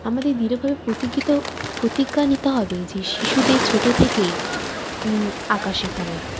আমাদের দৃঢ়ভাবে প্রতিজ্ঞা নিতে হবে যে শিশুদের ছোটো থেকেই আঁকা শেখানোর